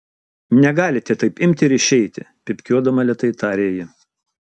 negalite taip imti ir išeiti pypkiuodama lėtai tarė ji